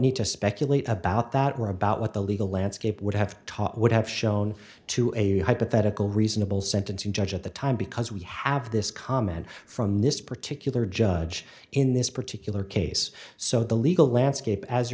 need to speculate about that or about what the legal landscape would have taught would have shown to a hypothetical reasonable sentencing judge at the time because we have this comment from this particular judge in this particular case so the legal landscape as